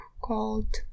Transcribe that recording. called